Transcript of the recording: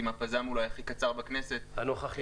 עם הפז"ם אולי הכי קצר בכנסת -- הנוכחית.